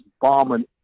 bombing